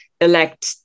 elect